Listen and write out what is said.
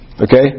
Okay